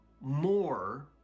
more